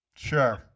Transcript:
Sure